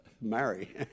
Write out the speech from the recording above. marry